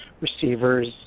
receivers